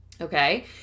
Okay